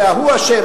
זה ההוא אשם,